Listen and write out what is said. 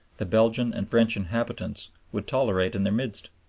the belgian and french inhabitants would tolerate in their midst.